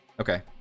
Okay